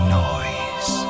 noise